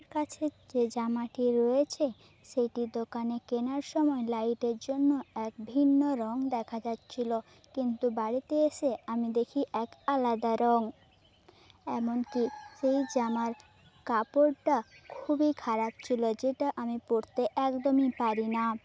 কাছের যে জামাটি রয়েছে সেটি দোকানে কেনার সময় লাইটের জন্য এক ভিন্ন রঙ দেখা যাচ্ছিলো কিন্তু বাড়িতে এসে আমি দেখি এক আলাদা রঙ এমনকি সেই জামার কাপড়টা খুবই খারাপ ছিল যেটা আমি পড়তে একদমই পারি না